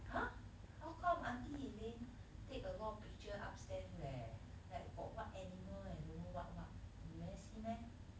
!huh! how come auntie elaine take a lot of picture upstairs leh like got what animal and don't know what what you never see meh